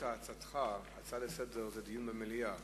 מהות הצעתך בהצעה לסדר-היום זה דיון במליאה